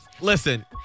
listen